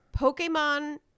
Pokemon